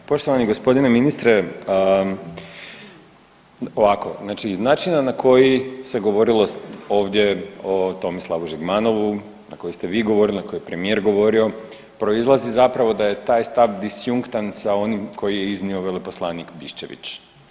Poštovani gospodine ministre, ovako iz načina na koji se govorilo ovdje o Tomislavu Žigmanovu, na koji ste vi govorili, na koji je premijer govorio proizlazi zapravo da je taj stav disjunktan sa onim koji je iznio veleposlanik Biščević.